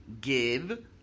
give